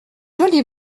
jolie